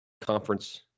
conference